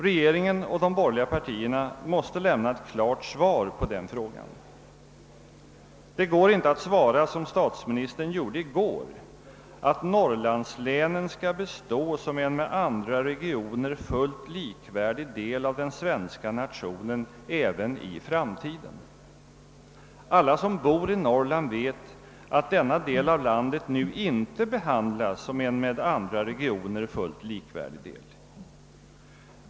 Regeringen och de borgerliga partierna måste lämna ett klart svar på den frågan. Det går inte att svara som statsministern gjorde i går, att norrlandslänen skall bestå som en med andra regioner fullt likvärdig del av den svenska nationen även i framtiden. Alla som bor i Norrland vet att denna del av landet nu inte behandlas som en med andra regioner fullt likvärdig del.